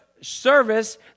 service